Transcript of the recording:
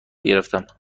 گرفتم